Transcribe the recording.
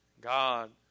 God